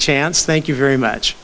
chance thank you very much